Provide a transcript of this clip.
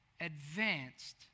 advanced